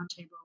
Roundtable